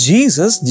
Jesus